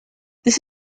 this